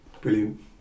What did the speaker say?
Brilliant